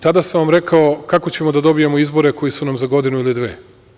Tada sam vam rekao – kako ćemo da dobijemo izbore koji su nam za godinu ili dve?